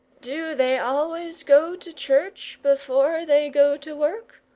do they always go to church before they go to work?